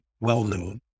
well-known